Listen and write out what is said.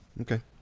okay